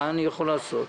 מה אני יכול לעשות?